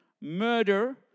murder